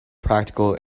practical